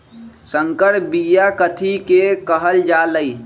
संकर बिया कथि के कहल जा लई?